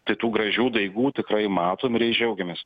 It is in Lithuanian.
tai tų gražių daigų tikrai matom ir jais džiaugiamės